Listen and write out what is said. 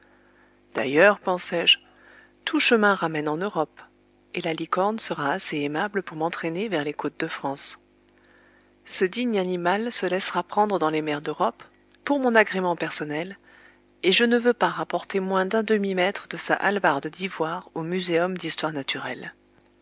d'ailleurs pensai-je tout chemin ramène en europe et la licorne sera assez aimable pour m'entraîner vers les côtes de france ce digne animal se laissera prendre dans les mers d'europe pour mon agrément personnel et je ne veux pas rapporter moins d'un demi mètre de sa hallebarde d'ivoire au muséum d'histoire naturelle